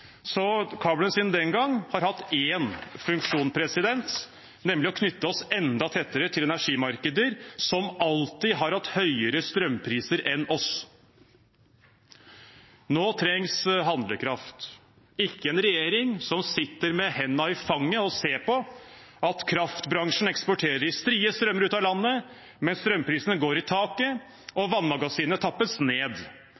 så kablene har siden den gang hatt én funksjon, nemlig å knytte oss enda tettere til energimarkeder som alltid har hatt høyere strømpriser enn oss. Nå trengs handlekraft, ikke en regjering som sitter med hendene i fanget og ser på at kraftbransjen eksporterer i strie strømmer ut av landet mens strømprisene går i taket